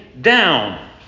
down